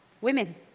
Women